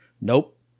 Nope